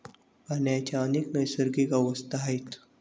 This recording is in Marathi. पाण्याच्या अनेक नैसर्गिक अवस्था आहेत